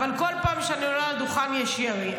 אבל כל פעם שאני עולה לדוכן יש ירי.